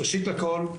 ראשית לכול,